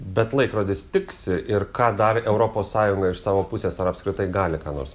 bet laikrodis tiksi ir ką dar europos sąjunga iš savo pusės ar apskritai gali ką nors